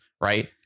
right